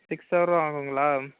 six hour ஆகுங்களா